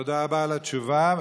תודה רבה על התשובה.